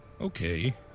Okay